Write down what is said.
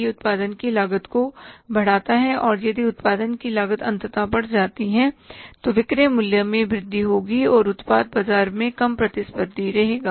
यह उत्पादन की लागत को बढ़ाता है और यदि उत्पादन की लागत अंततः बढ़ जाती है तो विक्रय मूल्य में वृद्धि होगी और उत्पाद बाजार में कम प्रतिस्पर्धी रहेगा